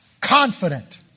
confident